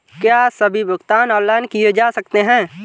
क्या सभी भुगतान ऑनलाइन किए जा सकते हैं?